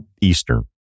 Eastern